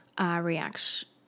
reaction